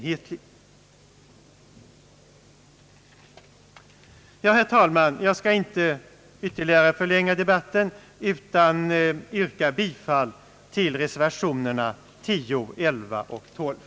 Herr talman! Jag skall inte ytterligare förlänga debatten, utan yrkar bifall till reservationerna X, XI och XII.